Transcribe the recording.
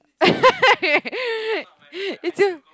eh it's your